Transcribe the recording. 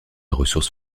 ressource